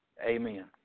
Amen